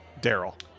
daryl